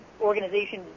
organization